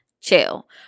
Chill